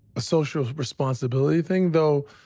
a social responsibility thing. though,